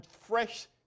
fresh